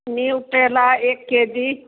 Nutella एक KG